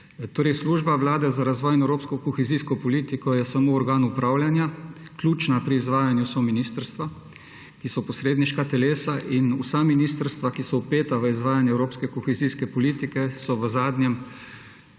obdobje. Služba Vlade za razvoj in evropsko kohezijsko politiko je samo organ upravljanja, ključna pri izvajanju so ministrstva, ki so posredniška telesa. Vsa ministrstva, ki so vpeta v izvajanje evropske kohezijske politike, so v zadnjem